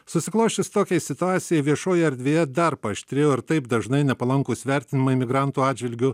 susiklosčius tokiai situacijai viešojo erdvėje dar paaštrėjo ir taip dažnai nepalankūs vertinimai migrantų atžvilgiu